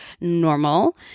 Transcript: normal